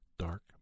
dark